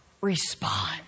respond